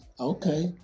Okay